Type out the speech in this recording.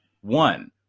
one